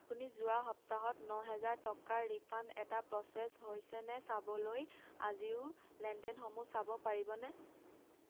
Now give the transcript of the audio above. আপুনি যোৱা সপ্তাহত ন হাজাৰ টকাৰ ৰিফাণ্ড এটা প্ৰ'চেছ হৈছেনে চাবলৈ আজিও লেনদেনসমূহ চাব পাৰিবনে